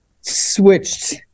switched